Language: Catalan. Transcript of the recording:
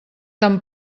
tan